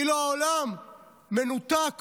כאילו העולם מנותק